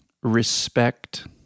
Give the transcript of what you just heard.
respect